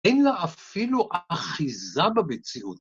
‫אין לה אפילו אחיזה במציאות.